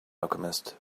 alchemist